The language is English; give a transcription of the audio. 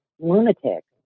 lunatics